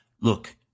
look